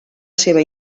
seva